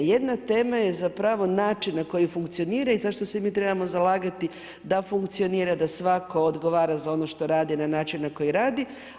Jedna tema je zapravo način na koji funkcionira za zašto se mi trebamo zalagati da funkcionira da svatko odgovara za ono što radi na način na koji radi.